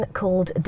called